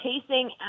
chasing